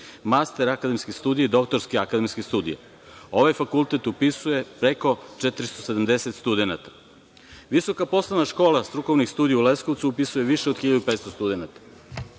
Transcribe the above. master akademske studije, doktorske akademske studije. Ovaj fakultet upisuje preko 470 studenata. Visoka poslovna škola strukovnih studija u Leskovcu upisuje više od 1500 studenata.